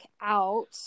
out